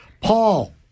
paul